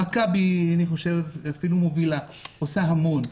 "מכבי" אפילו מובילה, עושה המון.